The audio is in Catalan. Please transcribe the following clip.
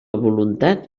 voluntat